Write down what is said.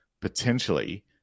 potentially